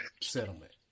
Settlement